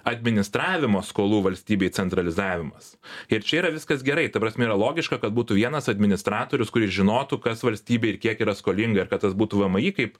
administravimo skolų valstybei centralizavimas ir čia yra viskas gerai ta prasme yra logiška kad būtų vienas administratorius kuris žinotų kas valstybėj kiek yra skolinga ir kad tas būtų vmi kaip